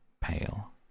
pale